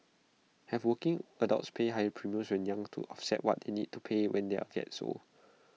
have working adults pay higher premiums when young to offset what they need to pay when they get old